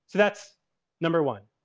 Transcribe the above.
that's number one.